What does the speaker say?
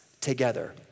together